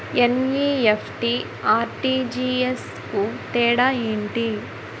NEFT, RTGS కు తేడా ఏంటి?